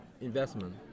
investment